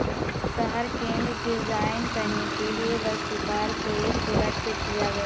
शहर केंद्र डिजाइन करने के लिए वास्तुकार को एक कोरा चेक दिया गया